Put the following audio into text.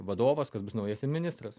vadovas kas bus naujasi ministras